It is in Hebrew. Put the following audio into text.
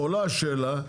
עולה השאלה,